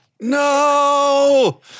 No